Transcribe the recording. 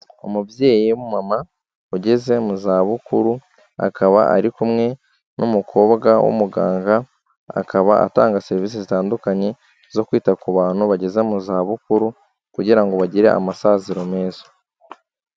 Umubyeyi w'umama ugeze mu zabukuru, akaba ari kumwe n'umukobwa w'umuganga, akaba atanga serivisi zitandukanye zo kwita ku bantu bageze mu zabukuru kugira ngo bagire amasaziro meza.